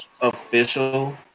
official